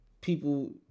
people